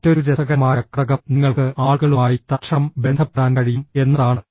മറ്റൊരു രസകരമായ ഘടകം നിങ്ങൾക്ക് ആളുകളുമായി തൽക്ഷണം ബന്ധപ്പെടാൻ കഴിയും എന്നതാണ്